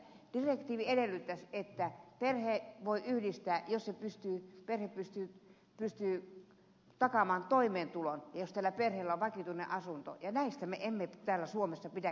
direktiivi edellyttäisi että perheen voi yhdistää jos perhe pystyy takaamaan toimeentulon ja jos tällä perheellä on vakituinen asunto ja tästä me emme täällä suomessa pidä kiinni